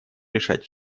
решать